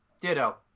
Ditto